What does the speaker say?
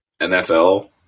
NFL